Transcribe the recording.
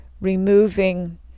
removing